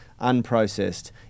unprocessed